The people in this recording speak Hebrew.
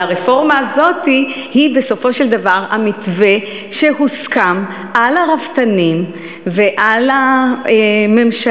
הרפורמה הזאת היא בסופו של דבר המתווה שהוסכם על הרפתנים ועל הממשלה.